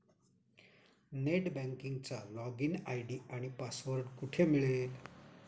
Net बँकिंगचा login ID आणि password कुठे मिळेल?